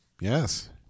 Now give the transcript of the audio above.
Yes